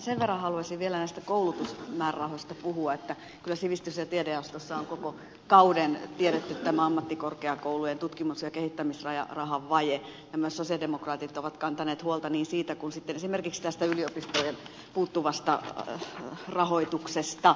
sen verran haluaisin vielä näistä koulutusmäärärahoista puhua että kyllä sivistys ja tiedejaostossa on koko kauden tiedetty tämä ammattikorkeakoulujen tutkimus ja kehittämisrahan vaje ja myös sosialidemokraatit ovat kantaneet huolta niin siitä kuin sitten esimerkiksi tästä yliopistojen puuttuvasta rahoituksesta